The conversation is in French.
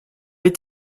est